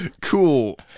Cool